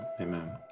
amen